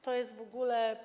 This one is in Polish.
To jest w ogóle.